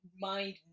mind